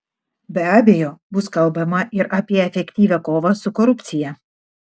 be abejo bus kalbama ir apie efektyvią kovą su korupcija